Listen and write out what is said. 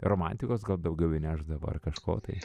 romantikos gal daugiau įnešdavo ar kažko tai